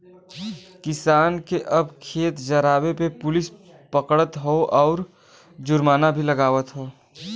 किसान के अब खेत जरावे पे पुलिस पकड़त हौ आउर जुर्माना भी लागवत हौ